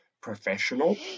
professional